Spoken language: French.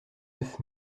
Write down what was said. neuf